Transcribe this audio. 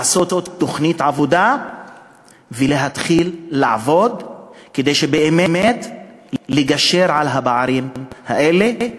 לעשות תוכנית עבודה ולהתחיל לעבוד כדי באמת לגשר על הפערים האלה,